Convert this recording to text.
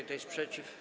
Kto jest przeciw?